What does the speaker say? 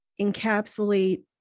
encapsulate